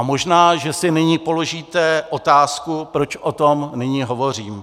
Možná že si nyní položíte otázku, proč o tom nyní hovořím.